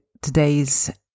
today's